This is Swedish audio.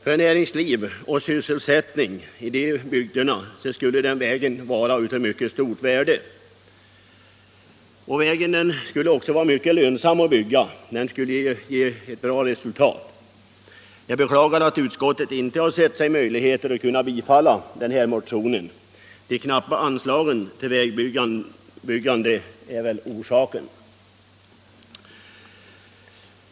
För näringsliv och sysselsättning i de bygderna skulle den här vägen vara av mycket stort värde. Det skulle också vara mycket lönsamt att bygga vägen, eftersom den skulle ge bra resultat. Jag beklagar att utskottet inte har ansett sig ha möjlighet att tillstyrka den här motionen. Det knappa anslaget till vägbyggandet är väl orsaken.